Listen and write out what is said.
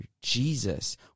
Jesus